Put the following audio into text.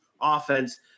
offense